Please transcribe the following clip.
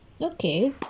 Okay